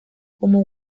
como